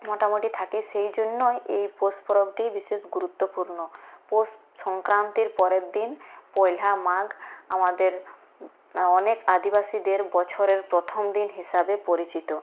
মোটামোটি থাকে সেই জন্যই এই পৌষ পরবটি বিশেষ গুরুত্বপূর্ণ পৌষ সংক্রান্তির পরের দিন পয়লা মাঘ আমাদের অনেক আদিবাসীদের বছরের প্রথম দিন হিসাবে পরিচিত